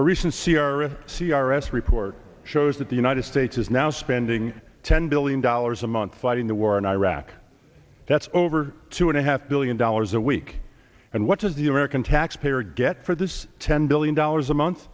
a recent c r a c r s report shows that the united states is now spending ten billion dollars a month fighting the war in iraq that's over two and a half billion dollars a week and what does the american taxpayer get for this ten billion dollars a month